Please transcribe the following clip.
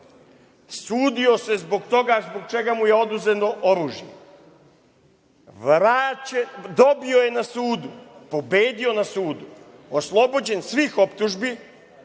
sudio se zbog toga zbog čega mu je oduzeto oružje, dobio je na sudu, pobedio na sudu, oslobođen svih optužbi,